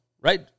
right